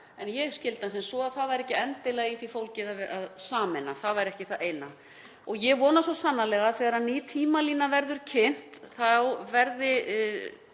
Ég skildi hann sem svo að það væri ekki endilega í því fólgið að sameina, það væri ekki það eina. Ég vona svo sannarlega að þegar ný tímalína verður kynnt þá verði